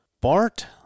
Bart